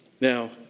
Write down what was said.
Now